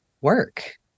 work